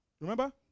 Remember